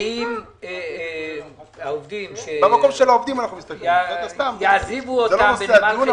האם העובדים שיעזיבו אותם בנמל חיפה,